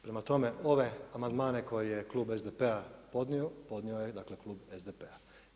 Prema tome, ove amandmane koje je klub SDP-a podnio, podnio je dakle klub SDP-a.